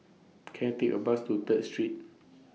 Can I Take A Bus to Third Street